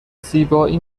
زیبایی